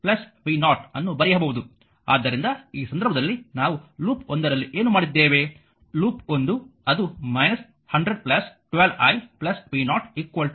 ಆದ್ದರಿಂದ ಈ ಸಂದರ್ಭದಲ್ಲಿ ನಾವು ಲೂಪ್ 1 ರಲ್ಲಿ ಏನು ಮಾಡಿದ್ದೇವೆ ಲೂಪ್ 1 ಅದು 100 12i v0 0